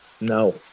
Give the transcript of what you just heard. No